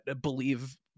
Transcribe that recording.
believe